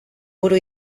buru